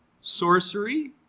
sorcery